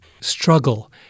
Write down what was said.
struggle